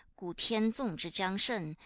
gu tian zong zhi jiang sheng,